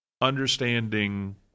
understanding